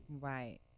Right